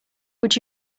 would